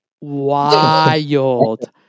wild